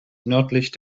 nördlich